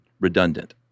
Redundant